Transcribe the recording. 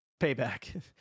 payback